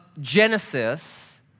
Genesis